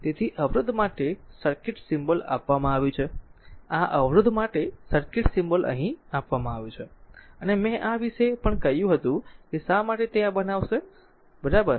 તેથી અવરોધ માટે સર્કિટ સિમ્બોલ આપવામાં આવ્યું છે આ અવરોધ માટે સર્કિટ સિમ્બોલ અહીં આપવામાં આવ્યું છે અને મેં આ વિશે પણ કહ્યું હતું કે શા માટે તે આ બનાવશે બરાબર